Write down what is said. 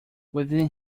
within